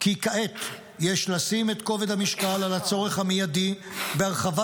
כי כעת יש לשים את כובד המשקל על הצורך המיידי בהרחבת